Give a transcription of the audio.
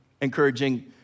encouraging